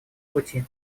пути